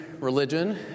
religion